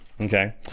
Okay